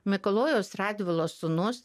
mikalojaus radvilo sūnus